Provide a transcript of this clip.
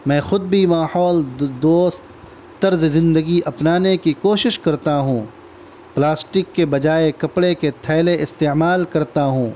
میں خود بھی ماحول دو دوست طرز زندگی اپنانے کی کوشش کرتا ہوں پلاسٹک کے بجائے کپڑے کے تھیلے استعمال کرتا ہوں